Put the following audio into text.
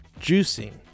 Juicing